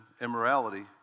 immorality